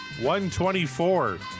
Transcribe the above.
124